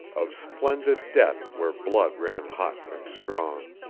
of splendid death where blood ran hot and strong.